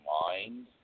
mind